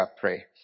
pray